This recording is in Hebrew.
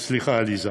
סליחה, עליזה,